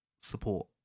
support